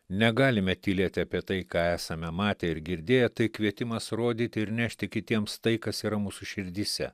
negalime tylėti apie tai ką esame matę ir girdėję tai kvietimas rodyti ir nešti kitiems tai kas yra mūsų širdyse